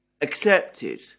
accepted